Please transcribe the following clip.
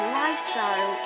lifestyle